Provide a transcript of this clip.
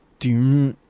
do